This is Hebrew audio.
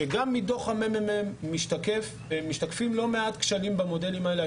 וגם מדוח מרכז המחקר והמידע משתקפים לא מעט כשלים במודלים האלה.